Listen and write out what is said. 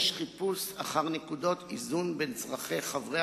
יש חיפוש אחר נקודות איזון בין צורכי חברי